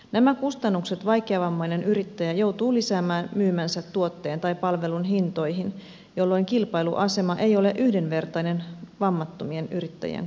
nämä kustannukset vaikeavammainen yrittäjä joutuu lisäämään myymänsä tuotteen tai palvelun hintoihin jolloin kilpailuasema ei ole yhdenvertainen vammattomien yrittäjien kanssa